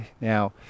now